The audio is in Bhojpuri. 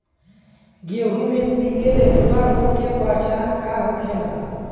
गेहूँ में पिले रतुआ रोग के पहचान का होखेला?